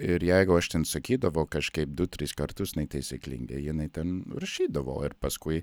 ir jeigu aš ten sakydavau kažkaip du tris kartus netaisyklingai jinai ten ršydavo ir paskui